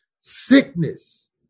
sickness